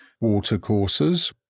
watercourses